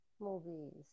Movies